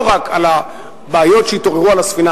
לא רק על הבעיות שהתעוררו על הספינה